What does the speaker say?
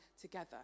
together